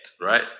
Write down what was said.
right